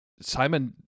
Simon